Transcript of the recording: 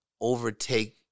overtake